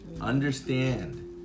understand